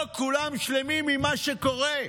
לא כולם שלמים עם מה שקורה.